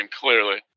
clearly